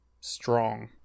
strong